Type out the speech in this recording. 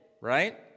right